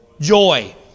Joy